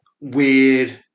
weird